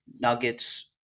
Nuggets